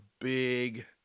big